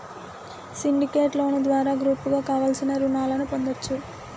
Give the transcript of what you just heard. syndicate loan ద్వారా గ్రూపుగా కావలసిన రుణాలను పొందొచ్చు